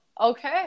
Okay